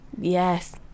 yes